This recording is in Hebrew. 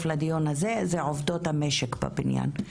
לדיון הזה אלו עובדות המשק בבניין הזה.